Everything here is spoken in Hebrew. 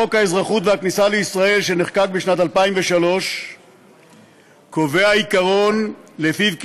חוק האזרחות והכניסה לישראל שנחקק בשנת 2003 קובע עיקרון שלפיו,